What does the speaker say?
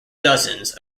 dozens